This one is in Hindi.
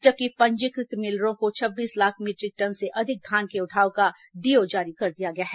जबकि पंजीकृत मिलरों को छब्बीस लाख मीट्रिक टन से अधिक धान के उठाव का डीओ जारी कर दिया गया है